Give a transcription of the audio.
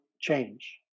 change